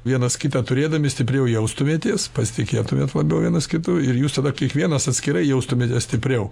vienas kitą turėdami stipriau jaustumėtės pasitikėtumėt labiau vienas kitu ir jūs tada kiekvienas atskirai jaustumėtės stipriau